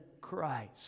Christ